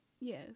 Yes